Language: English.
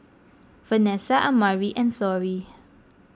Vanessa Amari and Florie